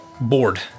bored